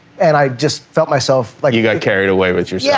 and i just felt myself, like you got carried away with yeah yeah